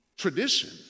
Tradition